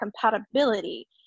compatibility